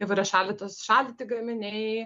įvairios šaldytos šaldyti gaminiai